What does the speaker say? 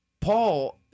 Paul